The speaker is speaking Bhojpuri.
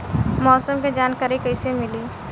मौसम के जानकारी कैसे मिली?